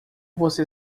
você